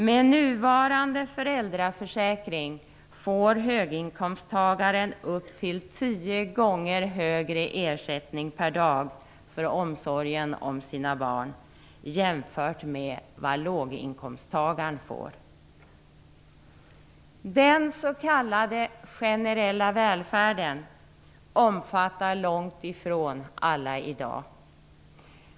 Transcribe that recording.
Med nuvarande föräldraförsäkring får höginkomsttagaren upp till tio gånger högre ersättning per dag för omsorgen om sina barn jämfört med vad låginkomsttagaren får. Den s.k. generella välfärden omfattar långt ifrån alla i dag.